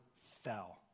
fell